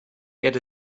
get